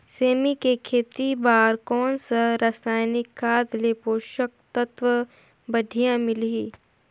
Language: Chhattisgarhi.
सेमी के खेती बार कोन सा रसायनिक खाद ले पोषक तत्व बढ़िया मिलही?